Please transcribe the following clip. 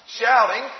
shouting